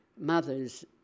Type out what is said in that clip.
mothers